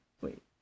Wait